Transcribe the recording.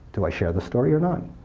do i share the story or not?